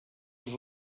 els